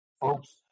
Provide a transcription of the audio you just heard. folks